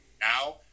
now